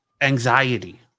Anxiety